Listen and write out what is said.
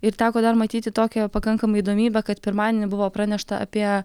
ir teko dar matyti tokią pakankamai įdomybę kad pirmadienį buvo pranešta apie